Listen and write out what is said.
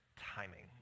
timing